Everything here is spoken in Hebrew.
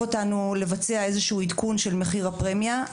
אותנו לבצע איזה שהוא עדכון של מחיר הפרמיה.